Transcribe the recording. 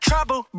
Trouble